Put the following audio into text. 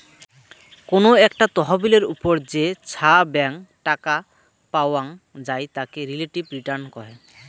কোনো একটা তহবিলের ওপর যে ছাব্যাং টাকা পাওয়াং যাই তাকে রিলেটিভ রিটার্ন কহে